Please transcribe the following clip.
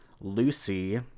Lucy